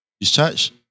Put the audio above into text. Discharge